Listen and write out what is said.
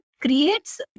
creates